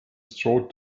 strode